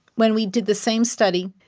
when we did the same study,